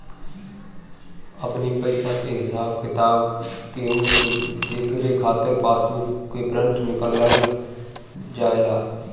अपनी पईसा के हिसाब किताब केहू के देखावे खातिर पासबुक के प्रिंट निकालल जाएला